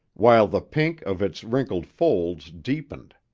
while the pink of its wrinkled folds deepened.